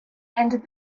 and